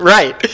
Right